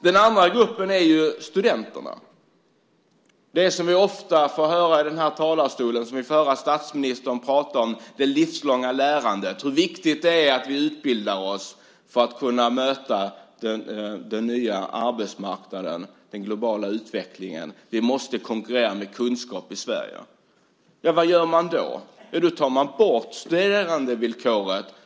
Den andra gruppen som drabbas är studenterna. Det livslånga lärandet får vi ofta höra statsministern prata om, och om hur viktigt det är att vi utbildar oss för att kunna möta den nya arbetsmarknaden och den globala utvecklingen. Vi måste konkurrera med kunskap i Sverige. Men vad gör man då? Jo, man tar bort studerandevillkoret.